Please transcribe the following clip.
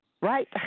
right